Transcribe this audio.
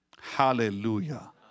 Hallelujah